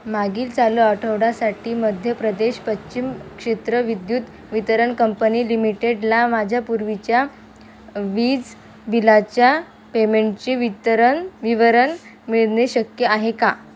मागील चालू आठवड्यासाठी मध्य प्रदेश पश्चिम क्षेत्र विद्युत वितरण कंपनी लिमिटेडला माझ्या पूर्वीच्या वीज बिलाच्या पेमेंटचे वितरण विवरण मिळणे शक्य आहे का